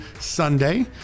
Sunday